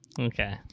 Okay